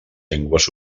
llengües